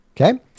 Okay